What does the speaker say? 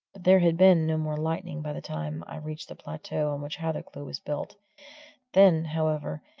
there had been no more lightning by the time i reached the plateau on which hathercleugh was built then, however,